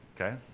Okay